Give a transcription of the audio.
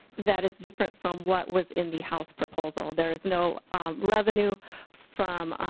that is different from what was in the house proposal. there is no revenue from